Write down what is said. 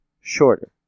shorter